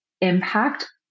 impact